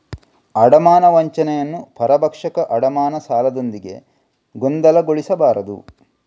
ಅಡಮಾನ ವಂಚನೆಯನ್ನು ಪರಭಕ್ಷಕ ಅಡಮಾನ ಸಾಲದೊಂದಿಗೆ ಗೊಂದಲಗೊಳಿಸಬಾರದು